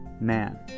man